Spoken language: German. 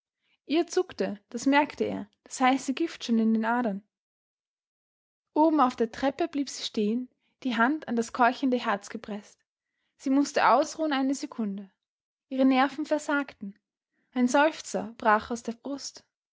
ihr zuckte das merkte er das heiße gift schon in den adern oben auf der treppe blieb sie stehen die hand an das keuchende herz gepreßt sie mußte ausruhen eine sekunde ihre nerven versagten ein seufzer brach aus der brust